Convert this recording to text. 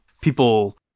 people